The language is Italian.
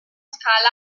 scala